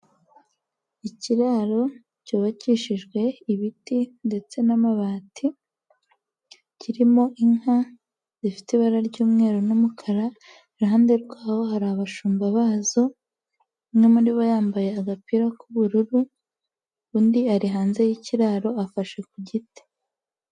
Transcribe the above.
Ikiraro cyubakishijwe ibiti ndetse n'amabati, kirimo inka zifite ibara ry'umweru n'umukara, iruhande rwaho hari abashumba bazo, umwe muri bo yambaye agapira k'ubururu, undi ari hanze y'ikiraro afashe ku giti.